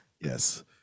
Yes